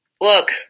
Look